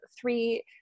three